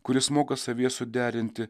kuris moka savyje suderinti